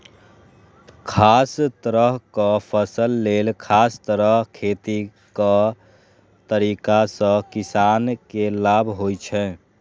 खास तरहक फसल लेल खास तरह खेतीक तरीका सं किसान के लाभ होइ छै